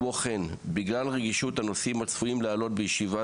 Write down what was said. כמו כן בגלל רגישות הנושאים הצפויים לעלות בישיבה